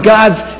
God's